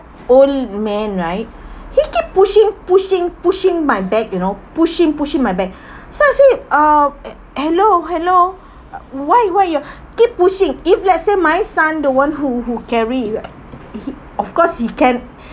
old man right he keep pushing pushing pushing my bag you know pushing pushing my bag so I said uh hello hello why why you're keep pushing if let's say my son the one who who carry it i~ he of course he can